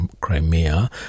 Crimea